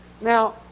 Now